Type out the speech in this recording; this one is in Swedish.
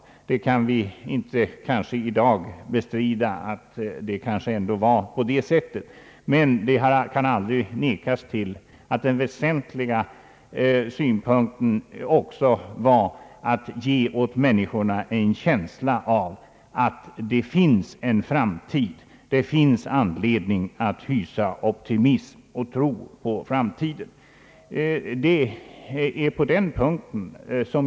Vi kan inte i dag bestrida att det kanske ändå var på det sättet. Men man kan aldrig förneka att den väsentliga synpunkten var att man skulle ge människorna en känsla av att det finns en framtid, att det finns anledning att hysa optimism och tro på framtiden.